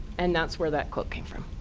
and that's where that quote came from.